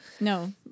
No